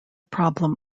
problem